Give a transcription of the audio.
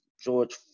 George